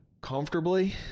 comfortably